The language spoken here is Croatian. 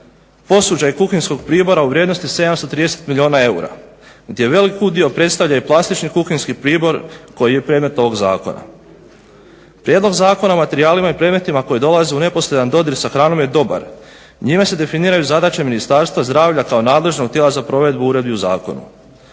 posuđa i kuhinjskog pribora u vrijednosti 730 milijuna eura gdje velik udio predstavlja i plastični kuhinjski pribor koji je predmet ovog zakona. Prijedlog zakona o materijalima i predmetima koji dolaze u neposredan dodir sa hranom je dobar. Njime se definiraju zadaće Ministarstva zdravlja kao nadležnog tijela za provedbu uredbi u zakonu.